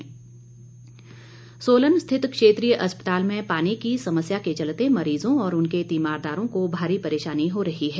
समस्या सोलन स्थित क्षेत्रीय अस्पताल में पानी की समस्या के चलते मरीजों और उनके तीमारदारों को भारी परेशानी हो रही है